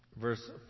verse